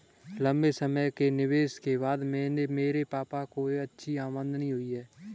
लंबे समय के निवेश के बाद मेरे पापा को अच्छी आमदनी हुई है